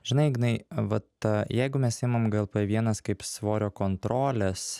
žinai ignai va ta jeigu mes imam glp vienas kaip svorio kontrolės